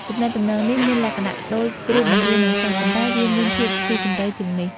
ទំនាក់ទំនងនេះមានលក្ខណៈដូចគ្រូបង្រៀននឹងសិស្ស ប៉ុន្តែវាមានភាពស៊ីជម្រៅជាងនេះ។